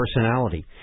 personality